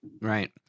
Right